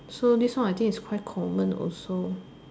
so this one I think is quite common also